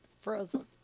Frozen